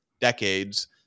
decades